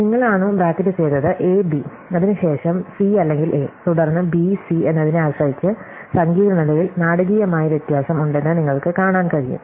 നിങ്ങൾ ആണോ ബ്രാക്കറ്റുചെയ്തത് എ ബി അതിനുശേഷം സി അല്ലെങ്കിൽ എ തുടർന്ന് ബി സി എന്നതിനെ ആശ്രയിച്ച് സങ്കീർണ്ണതയിൽ നാടകീയമായ വ്യത്യാസം ഉണ്ടെന്ന് നിങ്ങൾക്ക് കാണാൻ കഴിയും